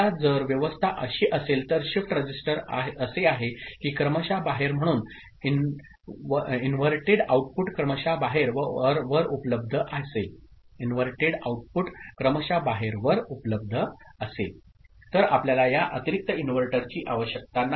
आता जर व्यवस्था अशी असेल तर शिफ्ट रजिस्टर असे आहे की क्रमशः बाहेर म्हणून इनव्हर्टेड आउटपुट क्रमशः बाहेर वर उपलब्ध असेल तर आपल्याला या अतिरिक्त इनव्हर्टरची आवश्यकता नाही